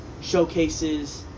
showcases